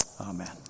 Amen